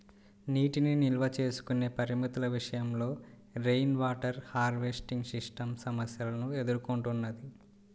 నీటిని నిల్వ చేసుకునే పరిమితుల విషయంలో రెయిన్వాటర్ హార్వెస్టింగ్ సిస్టమ్ సమస్యలను ఎదుర్కొంటున్నది